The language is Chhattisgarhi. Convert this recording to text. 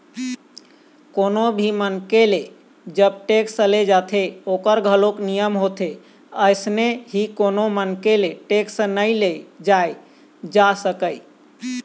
कोनो भी मनखे ले जब टेक्स ले जाथे ओखर घलोक नियम होथे अइसने ही कोनो मनखे ले टेक्स नइ ले जाय जा सकय